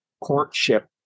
courtship